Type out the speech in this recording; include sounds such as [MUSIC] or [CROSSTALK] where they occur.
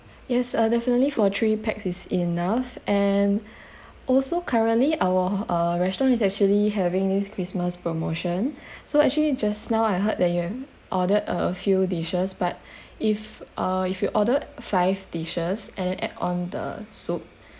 yes uh definitely for three pax is enough and [BREATH] also currently our uh restaurant is actually having this christmas promotion [BREATH] so actually just now I heard that you have ordered a few dishes but [BREATH] if uh if you order five dishes and then add on the soup